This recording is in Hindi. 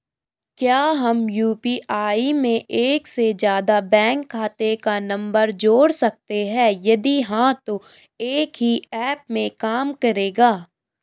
क्या हम यु.पी.आई में एक से ज़्यादा बैंक खाते का नम्बर जोड़ सकते हैं यदि हाँ तो एक ही ऐप में काम करेगा?